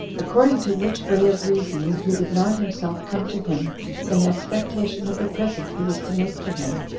according to which way of reasoning he did not himself come to him in expectation of the present he was to make to him,